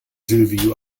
silvio